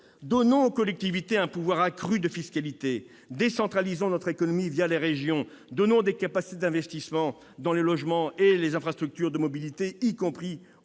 Donnons aux collectivités un pouvoir accru de fiscalité. Décentralisons notre économie les régions. Donnons des capacités d'investissements dans le logement et les infrastructures de mobilité, y compris aux communes,